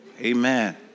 Amen